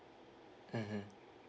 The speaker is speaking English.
mmhmm